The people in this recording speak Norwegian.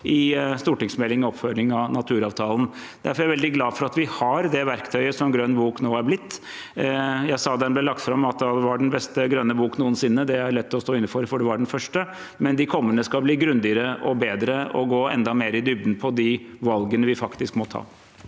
i stortingsmeldingen om oppfølging av naturavtalen. Derfor er jeg veldig glad for at vi har det verktøyet som Grønn bok nå er blitt. Jeg sa da den ble lagt fram, at det var den beste grønne bok noensinne. Det er lett å stå inne for, for det var den første, men de kommende skal bli grundigere og bedre og gå enda mer i dybden på de valgene vi faktisk må ta.